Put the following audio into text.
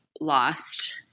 lost